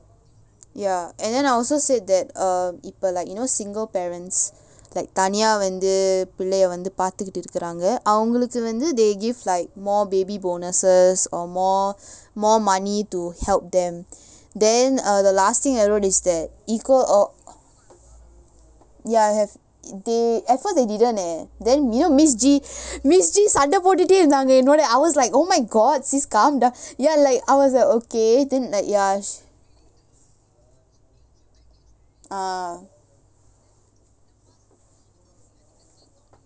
ya and then I also said that uh இப்ப:ippa like you know single parents like தனியா வந்து பிள்ளைய வந்து பாத்து கிட்டு இருக்குறாங்க அவங்களுக்கு வந்து:thaniyaa vanthu pillaiyaa vanthu paathu kittu irukkuraanga avangalukku vanthu they give like more baby bonuses or more more money to help them then uh the last thing I wrote is that equal or ya have they at first they didn't leh then you know miss G miss G சண்ட போட்டுடே இருந்தாங்க என்னோட:sanda potuttae irunthaanga ennoda I was like oh my god sister calm down ya like I was like okay then like ya ah